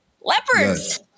leopards